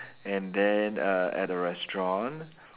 and then err at a restaurant